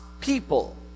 people